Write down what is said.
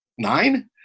Nine